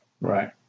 Right